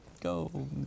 go